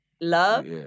love